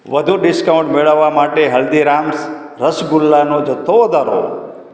વધુ ડીસ્કાઉન્ટ મેળવવા માટે હલ્દીરામ્સ રસગુલ્લાનો જથ્થો વધારો